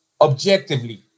objectively